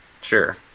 Sure